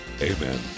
Amen